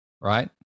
Right